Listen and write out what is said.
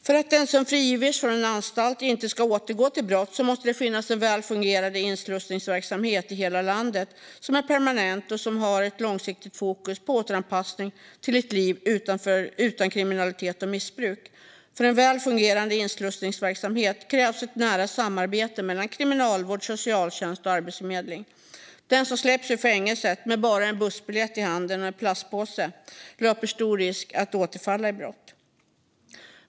För att den som frigivits från en anstalt inte ska återgå till brott måste det finnas en väl fungerande inslussningsverksamhet i hela landet som är permanent och som har ett långsiktigt fokus på återanpassning till ett liv utan kriminalitet och missbruk. För en väl fungerande inslussningsverksamhet krävs ett nära samarbete mellan kriminalvård, socialtjänst och arbetsförmedling. Den som släpps ur fängelset med bara en bussbiljett och en plastpåse i handen löper stor risk att återfalla i brott.